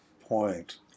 point